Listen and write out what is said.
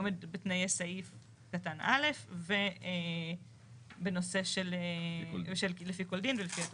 עומד בתנאי סעיף קטן א' ובנושא של לפי כל דין ולפי התכנית.